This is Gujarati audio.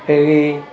એવી